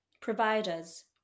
providers